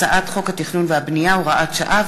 בהצעת חוק התכנון והבנייה (הוראת שעה)